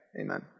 Amen